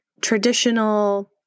traditional